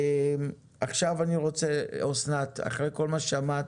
אחרי כל מה ששמעת,